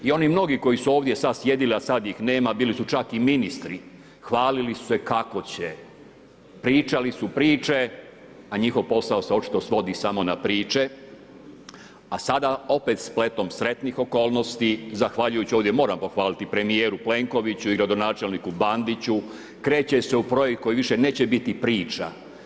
I oni mnogi koji su ovdje sada sjedili a sada ih nema, bili su čak i ministri, hvalili su se kako će, pričali su priče a njihov posao se očito svodi na priče a sada opet spletom sretnih okolnosti, zahvaljujući ovdje moram pohvaliti premijeru Plenkoviću i gradonačelniku Bandiću kreće se u projekt koji više neće biti priča.